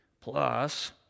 Plus